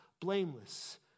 blameless